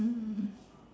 mm